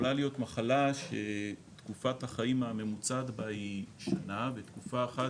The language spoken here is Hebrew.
יכולה להיות מחלה שתקופת החיים הממוצעת בה היא שנה ותקופה אחת